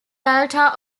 altar